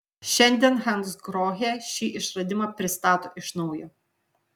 šiandien hansgrohe šį išradimą pristato iš naujo